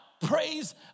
praise